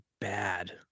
bad